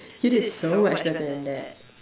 you did so much better than that